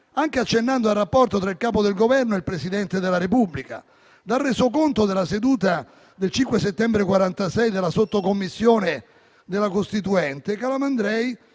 anche accennando al rapporto tra il Capo del Governo e il Presidente della Repubblica. Dal resoconto della seduta del 5 settembre 1946 della sottocommissione della Costituente, leggiamo